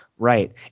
Right